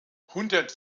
hundert